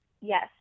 Yes